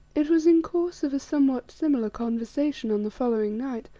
it was in course of a somewhat similar conversation on the following night,